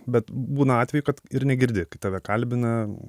bet būna atvejų kad ir negirdi kai tave kalbina